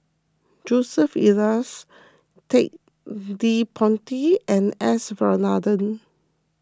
Joseph Elias Ted De Ponti and S Varathan